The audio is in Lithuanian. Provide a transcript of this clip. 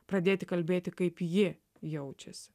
pradėti kalbėti kaip ji jaučiasi